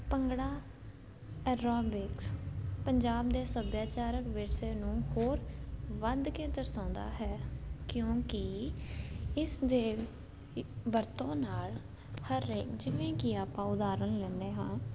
bhangra aerobics Punjab ਦੇ ਸੱਭਿਆਚਾਰਕ ਵਿਰਸੇ ਨੂੰ ਹੋਰ ਵੱਧ ਕੇ ਦਰਸਾਉਂਦਾ ਹੈ ਕਿਉਂਕਿ ਇਸਦੇ ਵਰਤੋਂ ਨਾਲ ਹਰ ਰੇ ਜਿਵੇਂ ਕਿ ਆਪਾਂ ਉਦਾਹਰਣ ਲੈਂਦੇ ਹਾਂ